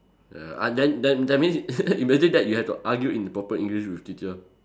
ya uh then then that means imagine that you have to argue in proper English with teacher